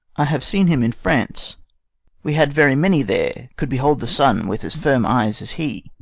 i have seen him in france we had very many there could behold the sun with as firm eyes as he.